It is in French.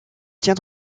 tient